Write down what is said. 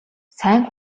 сайн